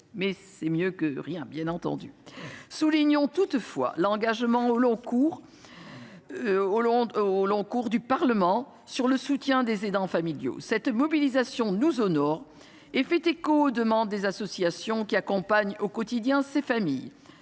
évidemment mieux que rien. Soulignons toutefois l’engagement au long cours du Parlement dans le soutien des aidants familiaux. Cette mobilisation nous honore et fait écho aux demandes des associations qui accompagnent au quotidien ces familles.